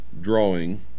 drawing